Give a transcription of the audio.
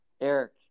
Eric